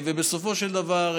בסופו של דבר,